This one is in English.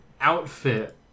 outfit